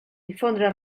difondre